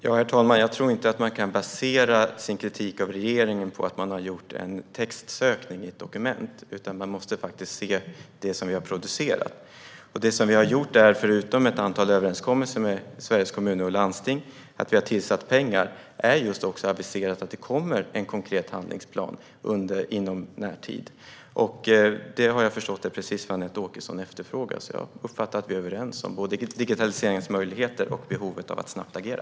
Herr talman! Jag tror inte att man kan basera sin kritik mot regeringen på en textsökning i ett dokument, utan man måste faktiskt se på det vi har producerat. Det vi har gjort är - förutom att antal överenskommelser med Sveriges Kommuner och Landsting där vi har tillsatt pengar - att vi har aviserat att det kommer en konkret handlingsplan i närtid. Vad jag förstår är detta precis vad Anette Åkesson efterfrågar, så jag uppfattar det som att vi är överens om både digitaliseringens möjligheter och behovet av att snabbt agera.